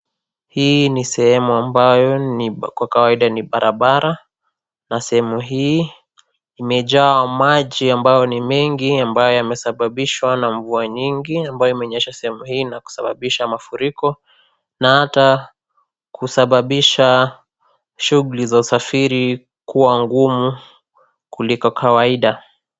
Hii ni sehemu ambayo kwa kawaida ni barabara, na sehemu hii imejaa maji ambayo ni mengi ambayo yamesababishwa na mvua nyingi ambayo imenyesha sehemu hii na kusababisha mafuriko, na hata kusababisha shughuli za usafiri kuwa ngumu kuliko kawaida.